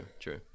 true